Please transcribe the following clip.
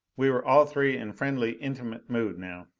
we were all three in friendly, intimate mood now.